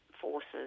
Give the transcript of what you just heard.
forces